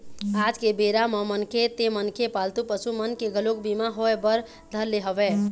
आज के बेरा म मनखे ते मनखे पालतू पसु मन के घलोक बीमा होय बर धर ले हवय